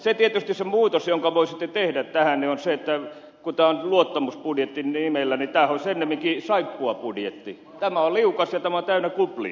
mutta tietysti se muutos jonka voisitte tehdä tähän on se että kun tämä on luottamusbudjetin nimellä niin tämähän olisi ennemminkin saippuabudjetti tämä on liukas ja tämä on täynnä kuplia